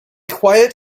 quiet